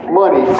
money